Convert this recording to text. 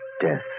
death